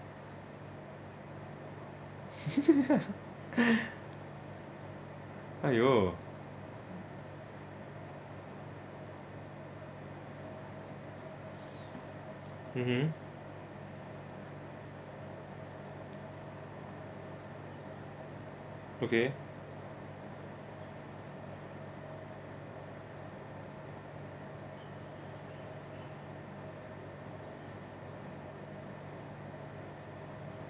!aiyo! mmhmm okay